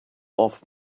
off